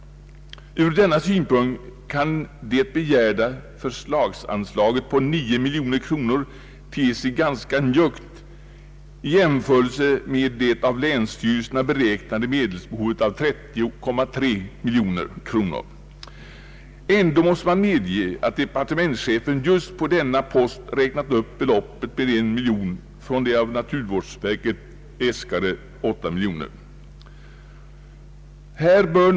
Från denna synpunkt kan det begärda förslagsanslaget på 9 miljoner kronor te sig ganska njuggt i jämförelse med det av länsstyrelserna beräknade medelsbehovet av 30,3 miljoner kronor. Ändå måste man medge att departementschefen just på denna post räknat upp beloppet med 1 miljon kronor från det av naturvårdsverket äskade anslaget på 8 miljoner kronor.